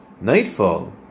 nightfall